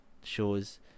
shows